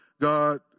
God